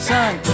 Sun